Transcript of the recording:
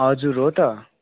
हजुर हो त